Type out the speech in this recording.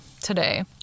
today